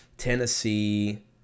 Tennessee